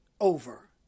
over